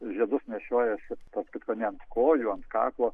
žiedus nešiojasi tarp kitko ne ant kojų ant kaklo